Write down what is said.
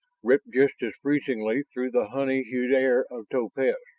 ripped just as freezingly through the honey-hued air of topaz.